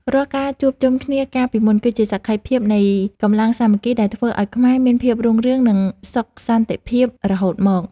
រាល់ការជួបជុំគ្នាកាលពីមុន គឺជាសក្ខីភាពនៃកម្លាំងសាមគ្គីដែលធ្វើឱ្យខ្មែរមានភាពរុងរឿងនិងសុខសន្តិភាពរហូតមក។